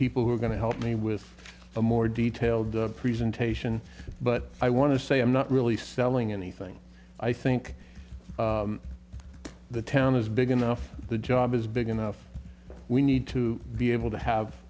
people who are going to help me with a more detailed presentation but i want to say i'm not really selling anything i think the town is big enough the job is big enough we need to be able to have